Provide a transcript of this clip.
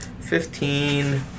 Fifteen